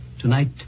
Tonight